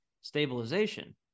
stabilization